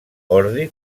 ordi